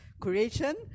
Creation